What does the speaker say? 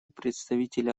представителя